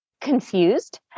confused